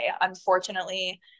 Unfortunately